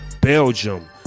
Belgium